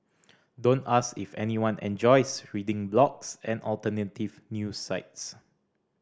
don't ask if anyone enjoys reading blogs and alternative news sites